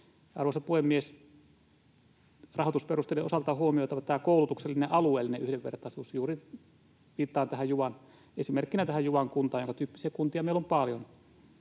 Arvoisa puhemies! Rahoitusperusteiden osalta on huomioitava tämä koulutuksellinen alueellinen yhdenvertaisuus — juuri viittaan esimerkkinä tähän Juvan kuntaan, jonka tyyppisiä kuntia meillä on paljon